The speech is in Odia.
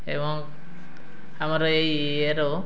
ଏବଂ ଆମର ଏଇ ୟେ'ର